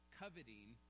coveting